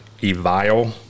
Evile